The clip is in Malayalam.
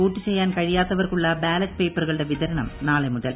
വോട്ട് ചെയ്യാൻ കഴിയാത്തവർക്കുള്ള ബാലറ്റ് പേപ്പറുകളുടെ വിതരണം നിള്ളെ മുതൽ